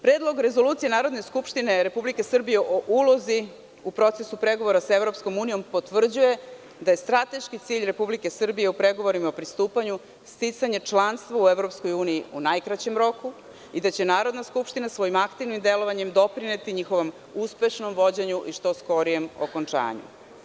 Predlog rezolucije Narodne skupštine Republike Srbije o ulozi u procesu pregovora sa EU potvrđuje da je strateški cilj Republike Srbije o pregovorima pristupanju sticanje članstva u EU u najkraćem roku i da će Narodna skupština svojim aktivnim delovanjem doprineti njihovom uspešnom vođenju, i što skorijem okončanju.